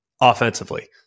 offensively